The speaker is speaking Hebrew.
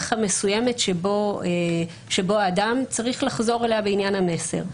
המסוימת שבה האדם צריך לחזור אליה בעניין המסר,